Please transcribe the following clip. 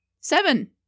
seven